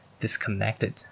Disconnected